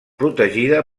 protegida